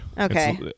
okay